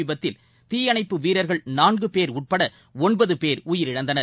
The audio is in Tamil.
விபத்தில் தீயணைப்பு வீரர்கள் நான்குபேர் உட்பட ஒன்பது பேர் உயிரிழந்தனர்